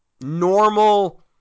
normal